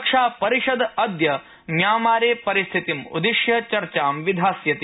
सुरक्षा परिषद अद्य म्यांमारे परिस्थितिम् उद्दिश्य चर्चां विधास्यति